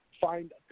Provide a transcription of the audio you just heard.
find